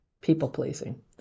People-pleasing